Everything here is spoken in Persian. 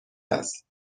است